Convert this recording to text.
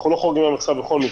אנחנו לא חורגים מהמכסה בכל מקרה.